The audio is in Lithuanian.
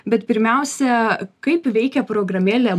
bet pirmiausia kaip veikia programėlė